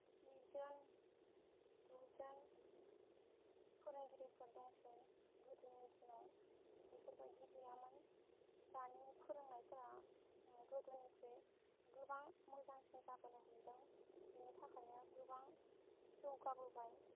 जिजन गुजन फोरोंगिरिफोर दंसै गोदोनि दिनाव बेफोबायदि गैयामोन दानि फोरोंनायफोरा गोदोनिख्रुइ गोबां मोजां जाबोनो हमदों बिनि थाखायनो गोबां जौगाबोबाय